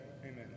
amen